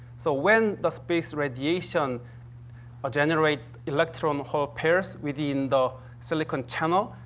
so, when the space radiation generates electron-hole pairs within the silicon channel,